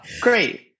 great